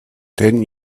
ten